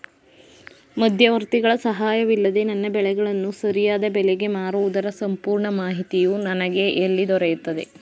ಮಧ್ಯವರ್ತಿಗಳ ಸಹಾಯವಿಲ್ಲದೆ ನನ್ನ ಬೆಳೆಗಳನ್ನು ಸರಿಯಾದ ಬೆಲೆಗೆ ಮಾರುವುದರ ಸಂಪೂರ್ಣ ಮಾಹಿತಿಯು ನನಗೆ ಎಲ್ಲಿ ದೊರೆಯುತ್ತದೆ?